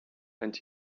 and